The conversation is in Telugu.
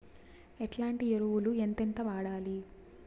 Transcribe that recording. ఎట్లాంటి ఎరువులు ఎంతెంత వాడాలి?